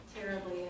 terribly